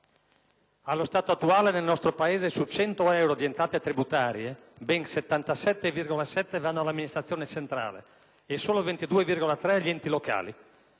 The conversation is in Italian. Allo stato attuale nel nostro Paese su 100 euro di entrate tributarie ben 77,7 vanno all'Amministrazione centrale e solo 22,3 agli enti locali.